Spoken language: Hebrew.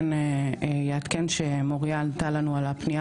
כן אעדכן שמוריה ענתה לנו על הפנייה